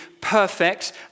perfect